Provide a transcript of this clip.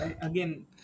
Again